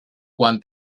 quan